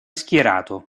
schierato